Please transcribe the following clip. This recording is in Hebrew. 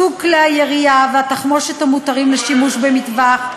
סוג כלי הירייה והתחמושת המותרים לשימוש במטווח,